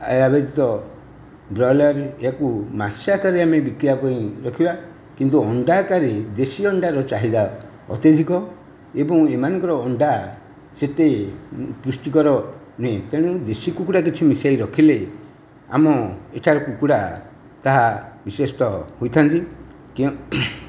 ଏହା ବ୍ୟତୀତ ବ୍ରଇଲର ୟାକୁ ମାଂସ ଆକାରରେ ଆମେ ବିକିବା ପାଇଁ ରଖିବା କିନ୍ତୁ ଅଣ୍ଡା ଆକାରରେ ଦେଶୀ ଅଣ୍ଡାର ଚାହିଦା ଅତ୍ୟଧିକ ଏବଂ ଏମାନଙ୍କର ଅଣ୍ଡା ସେତେ ପୃଷ୍ଟିକର ନୁହେଁ ତେଣୁ ଦେଶୀ କୁକୁଡ଼ା କିଛି ମିସେଇ ରଖିଲେ ଆମ ଏଠାରେ କୁକୁଡ଼ା ତାହା ବିଶେଷତଃ ହେଉଥାନ୍ତି